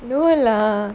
no lah